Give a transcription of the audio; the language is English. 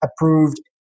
approved